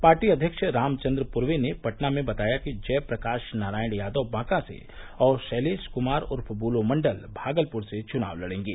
party अध्यक्ष रामचन्द्र पूरवे ने पटना में बताया कि जयप्रकाश नारायण यादव बांका से और शैलेश कुमार उर्फ बुलो मंडल भागलपुर से चुनाव लड़ेंगे